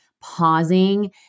pausing